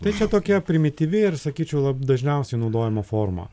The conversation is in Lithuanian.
tai čia tokia primityvi ir sakyčiau dažniausiai naudojama forma